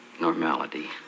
normality